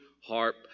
harp